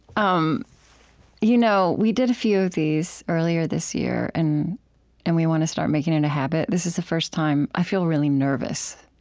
um you know we did a few of these earlier this year, and and we want to start making it a habit. this is the first time i feel really nervous.